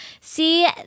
see